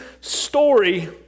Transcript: story